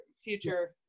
future